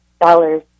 dollars